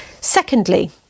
Secondly